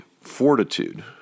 fortitude